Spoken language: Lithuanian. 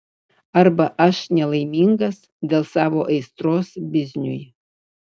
arba aš nelaimingas dėl savo aistros bizniui